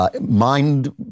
Mind